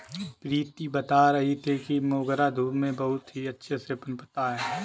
प्रीति बता रही थी कि मोगरा धूप में बहुत ही अच्छे से पनपता है